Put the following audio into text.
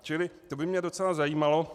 Čili to by mě docela zajímalo.